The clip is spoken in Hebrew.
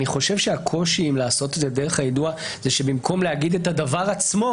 אני חושב שהקושי אם לעשות את היידוע זה שבמקום להגיד את הדבר עצמו,